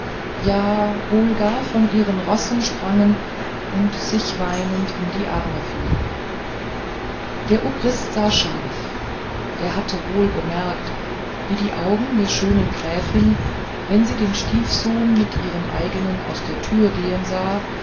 ja wohl gar von ihren rossen sprangen und sich weinend in die arme fielen der obrist sah scharf er hatte es wohl bemerkt wie die augen der schönen gräfin wenn sie den stiefsohn mit ihrem eignen aus der tür gehen sah